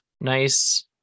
nice